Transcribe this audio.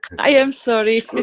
i am sorry.